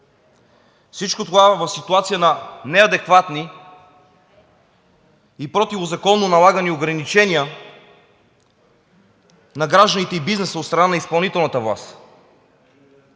Всичко това в ситуация на неадекватни и противозаконно налагани ограничения на гражданите и бизнеса от страна на изпълнителната власт.